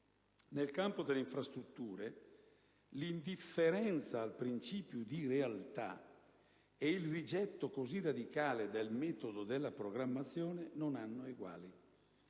Nel campo delle infrastrutture, l'indifferenza al principio di realtà e il rigetto così radicale del metodo della programmazione non hanno eguali.